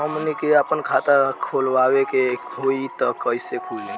हमनी के आापन खाता खोलवावे के होइ त कइसे खुली